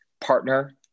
partner